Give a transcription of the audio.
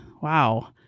wow